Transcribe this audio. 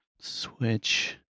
switch